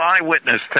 eyewitness